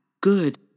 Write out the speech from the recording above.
good